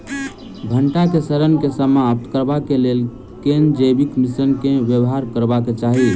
भंटा केँ सड़न केँ समाप्त करबाक लेल केँ जैविक मिश्रण केँ व्यवहार करबाक चाहि?